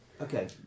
okay